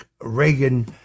Reagan